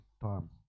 time